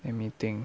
let me think